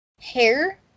Hair